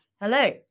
hello